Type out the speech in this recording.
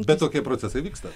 bet tokie procesai vyksta